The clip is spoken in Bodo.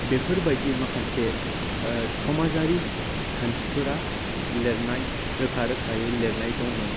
बेफोरबायदि माखासे समाजारि खान्थिफोरा लिरनाय रोखा रोखायै लिरनाय दंमोन